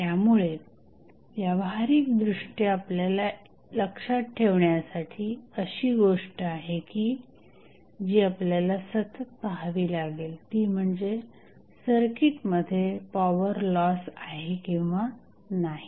त्यामुळे व्यावहारिक दृष्ट्या आपल्याला लक्षात ठेवण्यासाठी अशी गोष्ट आहे की जी आपल्याला सतत पहावी लागेल ती म्हणजे सर्किटमध्ये पॉवर लॉस आहे किंवा नाही